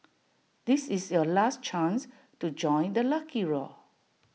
this is your last chance to join the lucky raw